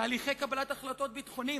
תהליכי קבלת החלטות ביטחוניות,